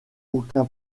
aucun